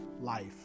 life